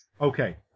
Okay